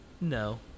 No